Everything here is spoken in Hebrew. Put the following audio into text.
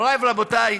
מוריי ורבותיי,